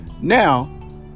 Now